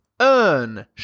earn